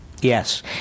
Yes